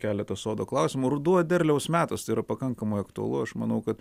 keletą sodo klausimų ruduo derliaus metas tai yra pakankamai aktualu aš manau kad